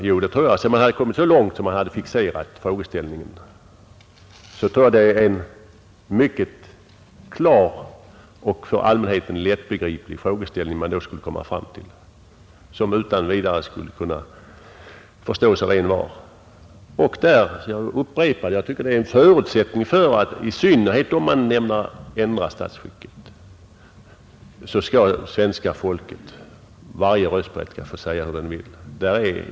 Jo, det anser jag; sedan man kommit så långt att man fixerat frågeställningen tror jag att det är en mycket klar och för allmänheten lättbegriplig frågeställning man då skulle komma fram till och som utan vidare skulle förstås av envar. Jag upprepar att jag tycker att det är en förutsättning, i synnerhet om man ändrar statsskicket, att svenska folket — varje röstberättigad — skall få säga vad man vill.